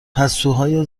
پستوهای